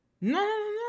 No